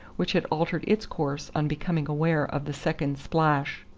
which had altered its course on becoming aware of the second splash.